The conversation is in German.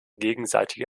gegenseitige